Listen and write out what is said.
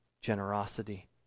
generosity